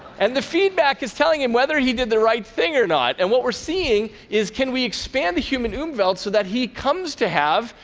and the feedback is telling him whether he did the right thing or not. and what we're seeing is, can we expand the human umvelt so that he comes to have,